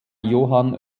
johann